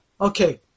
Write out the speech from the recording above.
Okay